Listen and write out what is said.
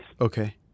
Okay